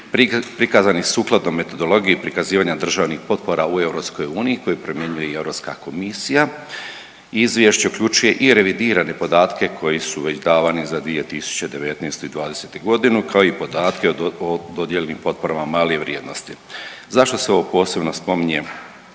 Prikazan je sukladno metodologiji prikazivanja državnih potpora u EU koji primjenjuje i Europska komisija. Izvješće uključuje i revidirane podatke koji su već davani za 2019. i '20. godinu kao i podatke o dodijeljenim potporama male vrijednosti. Zašto se ovo posebno spominje,